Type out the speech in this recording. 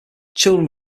children